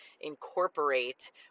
incorporate